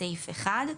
בסעיף 1,